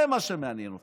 זה מה שמעניין אתכם,